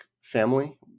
family